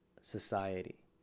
society